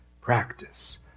practice